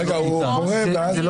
אבל לא